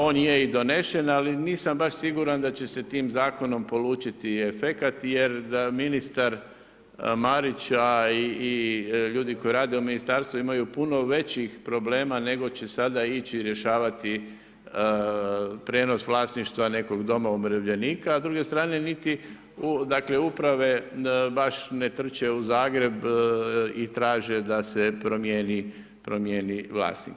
On i je donesen, ali nisam baš siguran da će se tim zakonom polučiti i efekat, jer da ministar Marić a i ljudi koji rade u ministarstvu imaju puno većih problema nego će sada ići rješavati prijenos vlasništva nekog doma umirovljenika, a s druge strane niti uprave baš ne trče u Zagreb i traže da se promijeni vlasnik.